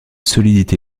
solidité